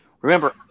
remember